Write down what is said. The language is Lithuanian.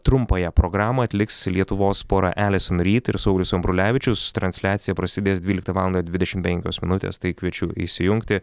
trumpąją programą atliks lietuvos pora elison ryd ir saulius ambrulevičius transliacija prasidės dvyliktą valandą dvidešim penkios minutės tai kviečiu įsijungti